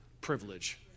privilege